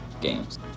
games